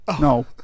No